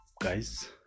guys